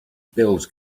bills